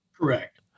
Correct